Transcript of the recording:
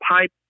pipe